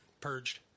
Purged